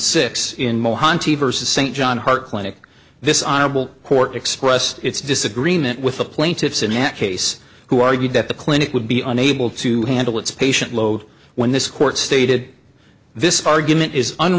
vs st john hart clinic this honorable court express its disagreement with the plaintiffs in at case who argued that the clinic would be unable to handle its patient load when this court stated this argument is